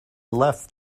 left